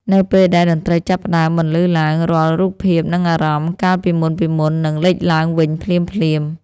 នៅពេលដែលតន្ត្រីចាប់ផ្ដើមបន្លឺឡើង រាល់រូបភាព និងអារម្មណ៍កាលពីមុនៗនឹងលេចឡើងវិញភ្លាមៗ